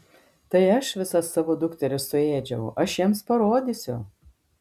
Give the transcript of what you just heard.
tai aš visas savo dukteris suėdžiau aš jiems parodysiu